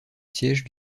siège